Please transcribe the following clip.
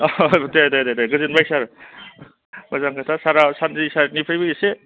औ दे दे गोजोनबाय सार मोजां खोथा सारा सारनि सायदनिफ्रायबो एसे